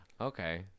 Okay